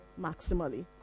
maximally